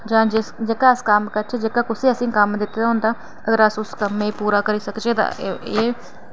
जां जिस जेह्का अस कम्म करचै जेह्का कुसै असें कम्म दित्ते दा होंदा अगर अस उस कम्मे पूरा करी सकचै तां एह्